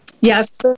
Yes